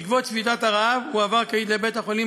בעקבות שביתת הרעב הועבר קאיד לבית-החולים